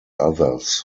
others